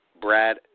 Brad